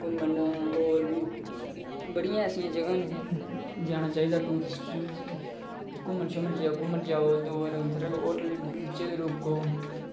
घूमन होर बी बड़ियां ऐसियां जगहां न जाना चाहिदा टुरिस्ट च घूमन शूमन जाओ घूमन जाओ उद्धर होटल च रुको